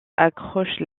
accroche